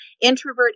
introvert